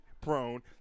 prone